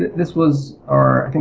this was our, i mean